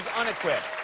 unequipped